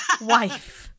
wife